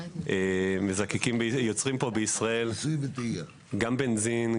מזקקים ויוצרים פה בישראל גם בנזין,